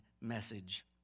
message